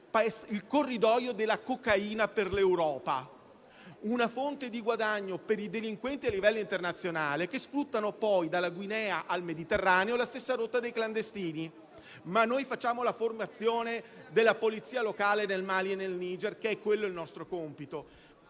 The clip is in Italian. il corridoio della cocaina per l'Europa. Una fonte di guadagno per i delinquenti a livello internazionale, che sfruttano poi dalla Guinea al Mediterraneo la stessa rotta dei clandestini, ma noi facciamo la formazione della polizia locale nel Mali e nel Niger, che è quello il nostro compito.